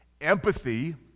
Empathy